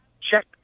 check